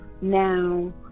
now